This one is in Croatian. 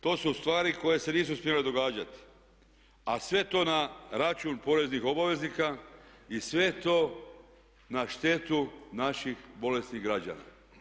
To su stvari koje se nisu smjele događati a sve to na račun poreznih obveznika i sve to na štetu naših bolesnih građana.